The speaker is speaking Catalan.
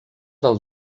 del